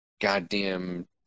goddamn